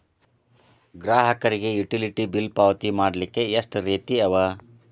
ಗ್ರಾಹಕರಿಗೆ utility bill ಪಾವತಿ ಮಾಡ್ಲಿಕ್ಕೆ ಎಷ್ಟ ರೇತಿ ಅವ?